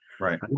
Right